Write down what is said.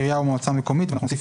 עירייה או מועצה מקומית" ואנחנו נוסיף